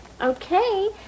Okay